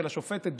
של השופטת דורנר,